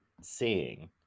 seeing